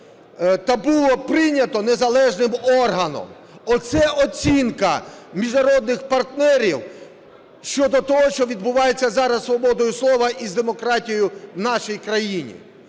та було прийнято незалежним органом. Це оцінка міжнародних партнерів щодо того, що відбувається зараз зі свободою слова і з демократією в нашій країні.